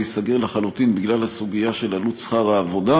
ייסגר לחלוטין בגלל הסוגיה של עלות שכר העבודה,